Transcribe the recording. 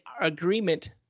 agreement